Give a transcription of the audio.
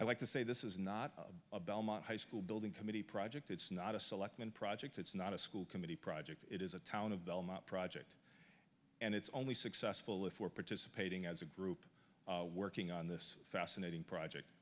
i like to say this is not a belmont high school building committee project it's not a selectman project it's not a school committee project it is a town of belmont project and it's only successful if we're participating as a group working on this fascinating project